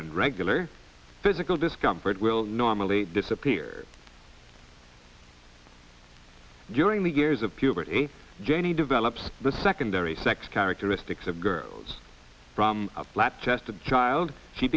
and regular physical discomfort will normally disappear during the years of puberty jenny develops the secondary sex characteristics of girl those from a lab test a child she